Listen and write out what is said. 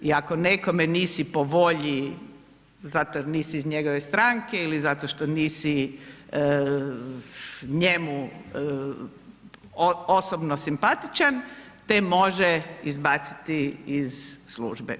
I ako nisi po volji zato jer nisi iz njegove strane ili zato što nisi njemu osobno simpatičan te može izbaciti iz službe.